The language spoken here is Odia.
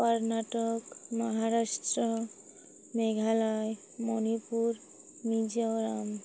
କର୍ଣ୍ଣାଟକ ମହାରାଷ୍ଟ୍ର ମେଘାଳୟ ମଣିପୁର ମିଜୋରାମ